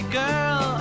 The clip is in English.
girl